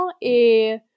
et